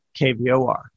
KVOR